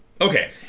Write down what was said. Okay